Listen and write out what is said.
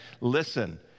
listen